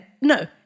no